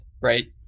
right